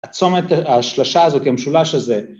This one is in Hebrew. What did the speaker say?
‫הצומת, השלשה הזאת, המשולש הזה...